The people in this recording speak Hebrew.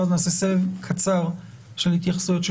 ואחר כך נעשה סבב קצר של התייחסויות של